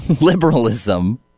liberalism